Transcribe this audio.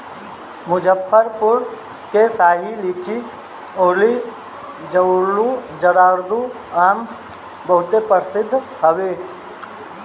मुजफ्फरपुर के शाही लीची अउरी जर्दालू आम बहुते प्रसिद्ध हवे